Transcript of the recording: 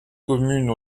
communes